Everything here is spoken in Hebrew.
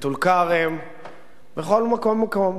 בטול-כרם ובכל מקום ומקום.